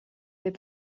fait